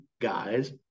guys